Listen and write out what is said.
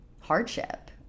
hardship